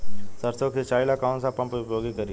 सरसो के सिंचाई ला कौन सा पंप उपयोग करी?